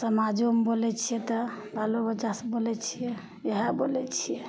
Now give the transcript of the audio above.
समाजोमे बोलय छियै तऽ बालो बच्चासँ बोलय छियै इएह बोलय छियै